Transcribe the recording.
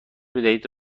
بدهید